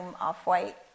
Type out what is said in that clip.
off-white